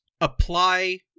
apply